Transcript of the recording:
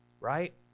right